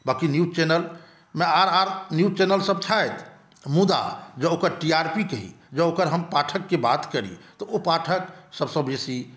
बाँकि न्यूज चैनलमे आर आर न्यूज चैनल सभ छथि मुदा जँ ओकर टीआरपी कही जँ ओकर हम पाठककेँ बात करी तऽ ओ पाठक सभसँ बेसी